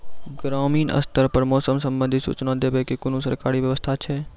ग्रामीण स्तर पर मौसम संबंधित सूचना देवाक कुनू सरकारी व्यवस्था ऐछि?